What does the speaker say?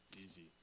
Easy